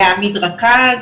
להעמיד רכז,